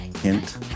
Hint